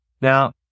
Now